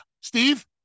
Steve